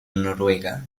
noruega